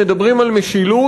מדברים על משילות,